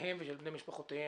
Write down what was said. שלהם ושל בני משפחותיהם,